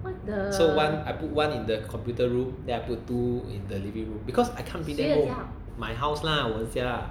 so one I put one in the computer room then I put two in the living room because I can't bring them home my house lah 我的家